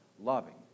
loving